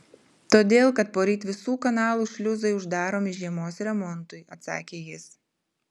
todėl kad poryt visų kanalų šliuzai uždaromi žiemos remontui atsakė jis